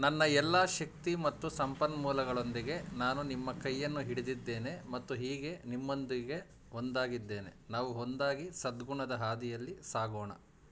ನನ್ನ ಎಲ್ಲ ಶಕ್ತಿ ಮತ್ತು ಸಂಪನ್ಮೂಲಗಳೊಂದಿಗೆ ನಾನು ನಿಮ್ಮ ಕೈಯನ್ನು ಹಿಡಿದಿದ್ದೇನೆ ಮತ್ತು ಹೀಗೆ ನಿಮ್ಮೊಂದಿಗೆ ಒಂದಾಗಿದ್ದೇನೆ ನಾವು ಒಂದಾಗಿ ಸದ್ಗುಣದ ಹಾದಿಯಲ್ಲಿ ಸಾಗೋಣ